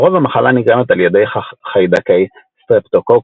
לרוב המחלה נגרמת על ידי חיידקי Streptococcus